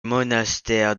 monastères